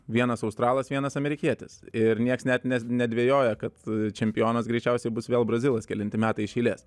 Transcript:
vienas australas vienas amerikietis ir nieks net ne nedvejoja kad čempionas greičiausiai bus vėl brazilas kelinti metai iš eilės